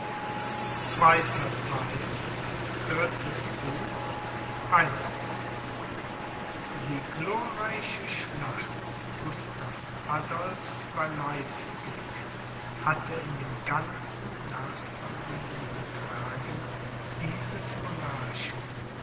die glorreiche schlacht gustav adolphs bei leipzig hatte in dem ganzen nachfolgenden betragen dieses monarchen